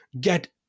get